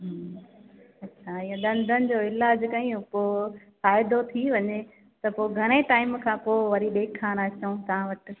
अच्छा इहो डंदनि जो इलाजु कयूं पोइ फ़ाइदो थी वञे त पोइ घणे टाइम खां पोइ वरी ॾेखारणु अचूं तव्हां वटि